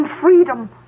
freedom